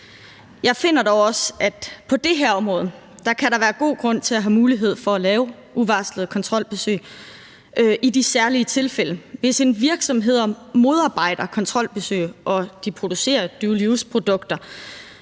Jeg finder dog også, at på det her område kan der være god grund til at have mulighed for at lave uvarslede kontrolbesøg i de særlige tilfælde: Hvis en virksomhed modarbejder kontrolbesøg og de producerer dual use-produkter,